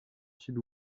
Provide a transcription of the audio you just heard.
sud